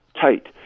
tight